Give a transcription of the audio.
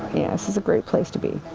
yeah, this is a great place to be